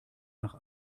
nach